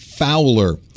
Fowler